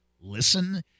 listen